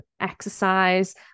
exercise